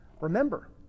Remember